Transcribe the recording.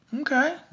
Okay